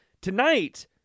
tonight